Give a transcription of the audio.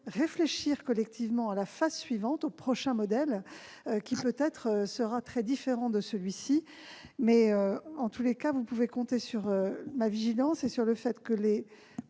réfléchirons collectivement à la phase suivante, au prochain modèle, qui sera peut-être très différent de celui-ci. En tout cas, vous pouvez compter sur ma vigilance et sur le fait que les